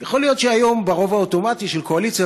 יכול להיות שהיום ברוב האוטומטי של הקואליציה,